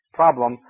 problem